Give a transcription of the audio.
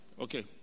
Okay